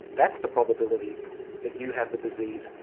that's the probability that you have the disease,